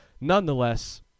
nonetheless